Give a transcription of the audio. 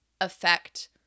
affect